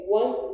one